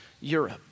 Europe